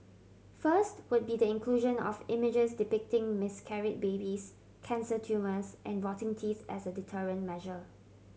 first would be the inclusion of images depicting miscarried babies cancer tumours and rotting teeth as a deterrent measure